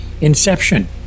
Inception